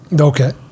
Okay